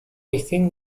within